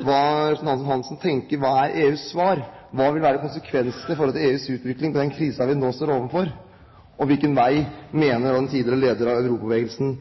hva representanten Hansen tenker: Hva er EUs svar? Hva vil være konsekvensen for EUs utvikling av den krisen vi nå står overfor? Og hvilken vei mener den tidligere lederen av Europabevegelsen